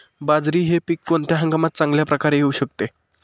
बाजरी हे पीक कोणत्या हंगामात चांगल्या प्रकारे येऊ शकते?